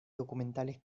documentales